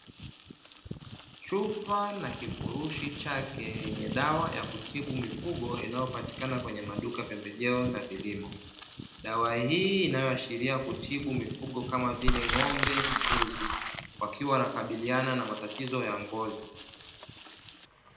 Chupa na kifurushi chake yenye dawa ya kutibu mifugo, inayopatikana kwenye maduka pembejeo na vilimo, dawa hii inayoashiria kutibu mifugo kama vile ng'ombe, mbuzi wakiwa wanakabiliana na matatizo ya ngozi.